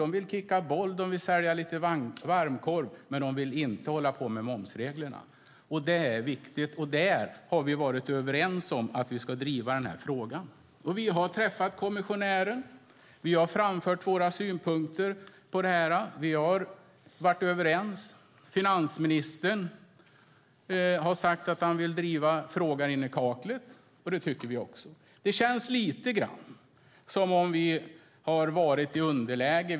De vill kicka boll och de vill sälja varmkorv. Men de vill inte hålla på med momsregler. Det här är viktigt. Vi har varit överens om att driva frågan. Vi har träffat kommissionären, och vi har framfört våra synpunkter. Här hemma har vi varit överens. Finansministern har sagt att han vill driva frågan ända in i kaklet. Vi har samma uppfattning. Lite grann känns det dock som att vi varit i underläge.